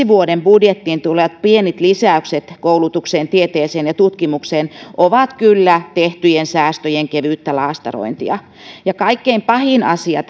vuoden budjettiin tulevat pienet lisäykset koulutukseen tieteeseen ja tutkimukseen ovat kyllä tehtyjen säästöjen kevyttä laastarointia ja kaikkein pahin asia